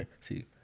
See